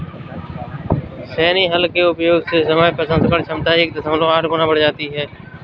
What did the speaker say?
छेनी हल के उपयोग से समय प्रसंस्करण क्षमता एक दशमलव आठ गुना बढ़ जाती है